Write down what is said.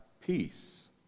peace